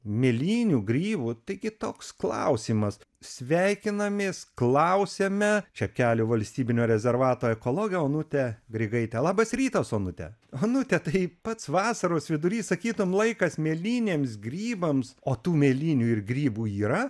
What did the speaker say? mėlynių grybų taigi toks klausimas sveikinamės klausiame čepkelių valstybinio rezervato ekologė onutė grigaitė labas rytas onute onute tai pats vasaros vidurys sakytum laikas mėlynėms grybams o tų mėlynių ir grybų yra